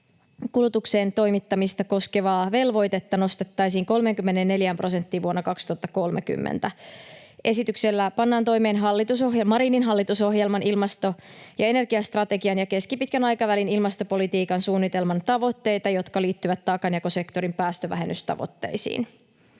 kulutukseen toimittamista koskevaa velvoitetta nostettaisiin 34 prosenttiin vuonna 2030. Esityksellä pannaan toimeen Marinin hallitusohjelman ilmasto- ja energiastrategian ja keskipitkän aikavälin ilmastopolitiikan suunnitelman tavoitteita, jotka liittyvät taakanjakosektorin päästövähennystavoitteisiin.